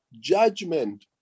judgment